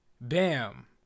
bam